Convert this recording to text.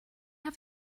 have